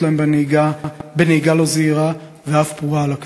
להם בנהיגה לא זהירה ואף פרועה על הכביש.